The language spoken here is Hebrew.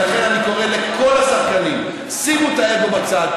ולכן אני קורא לכל השחקנים: שימו את האגו בצד.